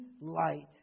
light